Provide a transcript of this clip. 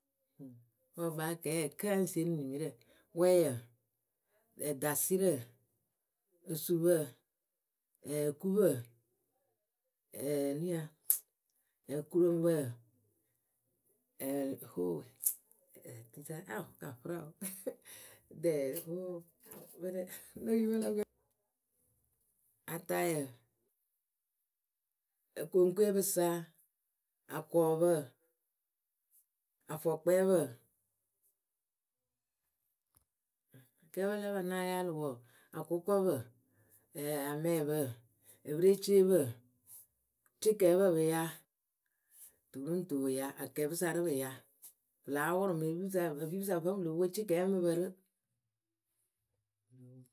pɔkpaakɛɛ kǝ́ ŋ sieni nimirǝ wɛyǝ ǝ dasɩrǝ osupǝ ɛɛ kupǝ ɛɛ nuya ɛkuroŋbǝ, ɛɛ ohoo ɛɛ tusa ao kafɨra o, ohoo ŋ́ no yuu wɨwe la kpɛɛ atayǝ okoŋkwepǝ sa akɔɔpǝ. Afɔkpɛpǝ Kɛɛpǝ lǝ ǝpǝ ŋ́ na yaalǝ wɔɔ: akʊkɔpǝ ɛɛ amɛɛpǝ epereceepǝ cɩkɛɛpǝ pɨ yaa. tu ru ŋ tu wɨ yaa, akɛɛpɨ sa rɨ pɨ yaa pɨ láa wʊrʊ mɨ epipǝ sa epipǝ sa vǝ́ pɨ lo pwo cɩkɛɛyǝ ɨŋ mɨ pǝ rɨ.